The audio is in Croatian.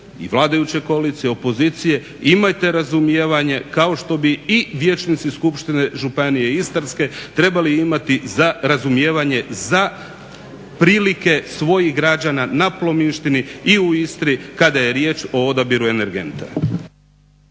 i vladajuće koalicije i opozicije imajte razumijevanje kao što bi i vijećnici Skupštine Županije istarske trebali imati razumijevanje za prilike svojih građana na plominštini i u Istri kada je riječ o odabiru energenta.